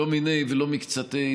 לא מיניה ולא מקצתיה,